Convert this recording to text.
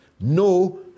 No